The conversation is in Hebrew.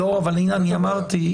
אילנה לא כאן ואני לא אכנס לזה.